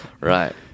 right